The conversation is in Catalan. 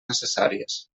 necessàries